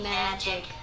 magic